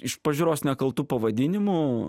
iš pažiūros nekaltu pavadinimu